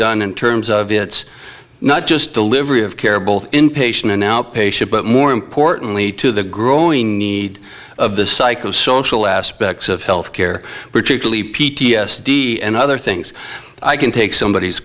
done in terms of its not just delivery of care both inpatient and outpatient but more importantly to the growing need of the psychosocial aspects of health care particularly p t s d and other things i can take somebody